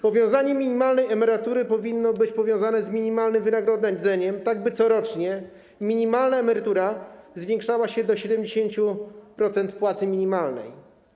Podwyższenie minimalnej emerytury powinno być powiązane z minimalnym wynagrodzeniem, tak by corocznie minimalna emerytura zwiększała się do 70% płacy minimalnej.